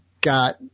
got